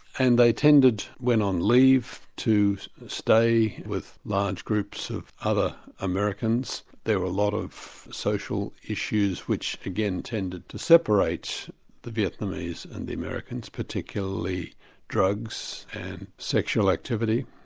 and they tended, when on leave, to stay with large groups of other americans. there were a lot of social issues which again tended to separate the vietnamese and the americans, particularly drugs, and sexual activity.